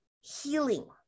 healing